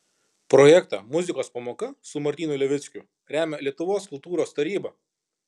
projektą muzikos pamoka su martynu levickiu remia lietuvos kultūros taryba